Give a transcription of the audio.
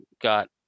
got